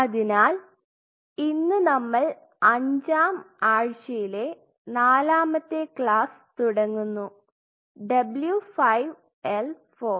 അതിനാൽ ഇന്ന് നമ്മൾ അഞ്ചാം ആഴ്ചയിലെ നാലാമത്തെ ക്ലാസ് തുടങ്ങുന്നു W5 L4